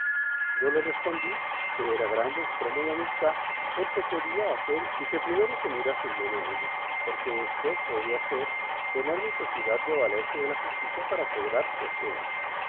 yo le respondí que era grande extremo de amistad el que quería hacer y que primero se mirase bien en ello porque después podría ser tener necesidad de valerse de la justicia para cobrar su hacie